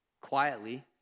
quietly